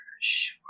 sure